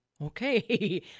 Okay